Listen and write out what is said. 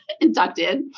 inducted